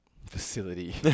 Facility